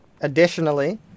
Additionally